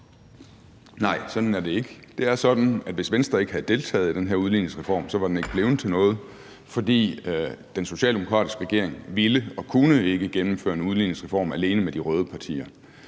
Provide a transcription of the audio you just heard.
Nej, sådan er det ikke. Det er sådan, at hvis Venstre ikke havde deltaget i den her udligningsreform, var den ikke blevet til noget, for den socialdemokratiske regering ville og kunne ikke gennemføre en udligningsreform alene med de røde partier.